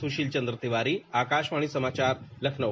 सुशील चन्द्र तिवारी आकाशवाणी समाचार लखनऊ